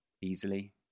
easily